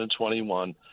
2021